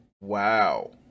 Wow